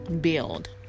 build